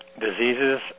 Diseases